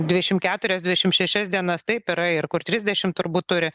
dvišim keturias dvišim šešias dienas taip yra ir kur trisdešimt turbūt turi